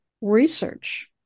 research